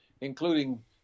including